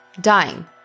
dying